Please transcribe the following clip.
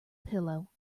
pillow